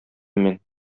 мин